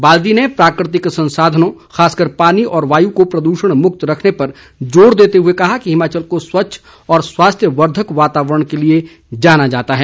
बाल्दी ने प्राकृतिक संसाधनों खासकर पानी और वायु को प्रदूषण मुक्त रखने पर जोर देते हुए कहा कि हिमाचल को स्वच्छ व स्वास्थ्यवर्द्वक वातावरण के लिए जाना जाता है